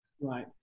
Right